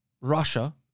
Russia